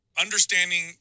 Understanding